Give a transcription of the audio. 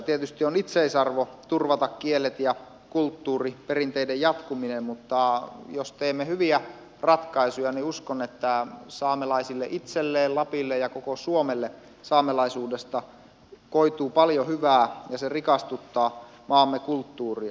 tietysti on itseisarvo turvata kielet ja kulttuuri perinteiden jatkuminen mutta jos teemme hyviä ratkaisuja niin uskon että saamelaisille itselleen lapille ja koko suomelle saamelaisuudesta koituu paljon hyvää ja se rikastuttaa maamme kulttuuria